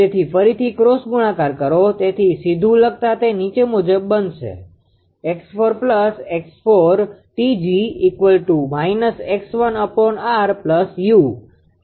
તેથી ફરીથી ક્રોસ ગુણાકાર કરો તેથી સીધુ લખતા તે નીચે મુજબ છે